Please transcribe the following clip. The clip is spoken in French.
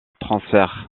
transfère